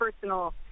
personal